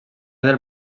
del